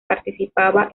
participaba